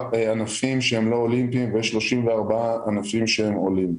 ענפים שהם לא אולימפיים ויש 34 ענפים אולימפיים.